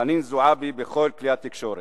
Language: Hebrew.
חנין זועבי בכל כלי התקשורת.